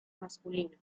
masculino